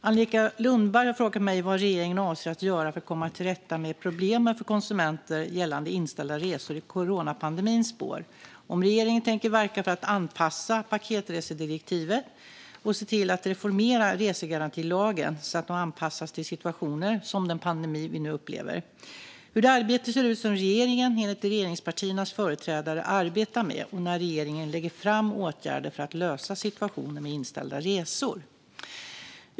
Angelica Lundberg har frågat mig vad regeringen avser att göra för att komma till rätta med problemen för konsumenter gällande inställda resor i coronapandemins spår, om regeringen tänker verka för att anpassa paketresedirektivet och se till att reformera resegarantilagen så att de anpassas till situationer som den pandemi vi nu upplever, hur det arbete ser ut som regeringen, enligt regeringspartiernas företrädare, arbetar med och när regeringen kommer att lägga fram åtgärder för att lösa situationen med inställda resor.